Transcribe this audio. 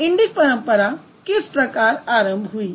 तो इंडिक परंपरा किस प्रकार आरंभ हुई